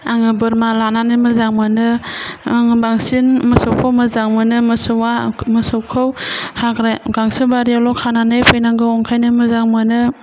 आङो बोरमा लानानै मोजां मोनो आङो बांसिन मोसौखौ मोजां मोनो मोसौखौ गांसो बारियावल' खानानै फैनांगौ ओंखायनो मोजां मोनो